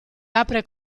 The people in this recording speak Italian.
apre